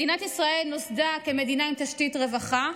מדינת ישראל נוסדה כמדינה עם תשתית רווחה,